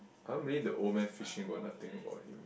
I don't believe the old man fishing got nothing about him